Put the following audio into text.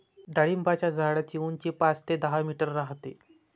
डाळिंबाच्या झाडाची उंची पाच ते दहा मीटर राहते